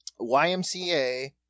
YMCA